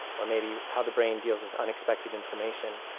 or maybe how the brain deals with unexpected information.